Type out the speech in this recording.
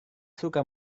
suka